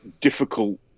difficult